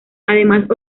además